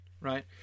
right